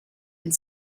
and